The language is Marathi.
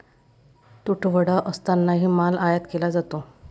तुटवडा असतानाही माल आयात केला जातो